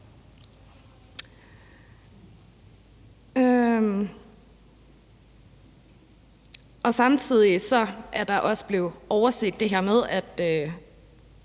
Samtidig er der også blevet overset det her med,